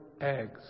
eggs